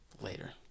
later